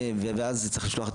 ואז צריך לשלוח את